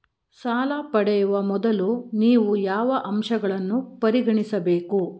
ಸಾಲ ಪಡೆಯುವ ಮೊದಲು ನೀವು ಯಾವ ಅಂಶಗಳನ್ನು ಪರಿಗಣಿಸಬೇಕು?